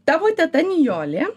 tavo teta nijolė